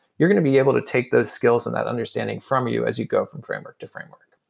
you're going to be able to take those skills of that understanding from you as you go from framework to framework